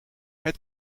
het